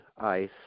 ice